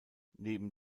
neben